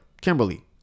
Kimberly